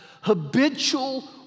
Habitual